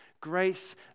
Grace